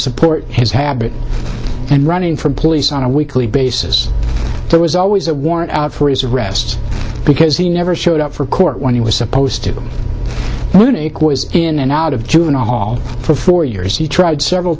support his habit and running from police on a weekly basis there was always a warrant out for his arrest because he never showed up for court when he was supposed to be in and out of juvenile hall for four years he tried several